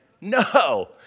no